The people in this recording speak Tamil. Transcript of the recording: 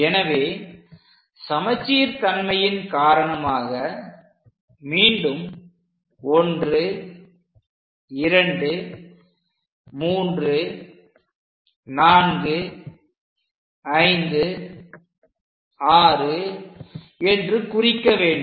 எனவே சமச்சீர் தன்மையின் காரணமாக மீண்டும் 1 2 3 4 5 6 என்று குறிக்க வேண்டும்